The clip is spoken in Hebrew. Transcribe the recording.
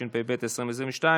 התשפ"ב 2022,